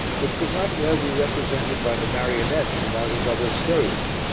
but could not well be represented by the marionettes without a double stage,